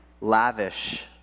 lavish